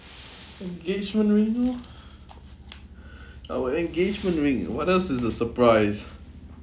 engagement ring lor our engagement ring what else is a surprise